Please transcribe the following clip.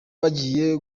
bagiye